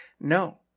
No